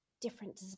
different